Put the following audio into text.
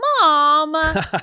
Mom